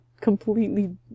completely